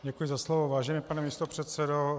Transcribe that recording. Děkuji za slovo, vážený pane místopředsedo.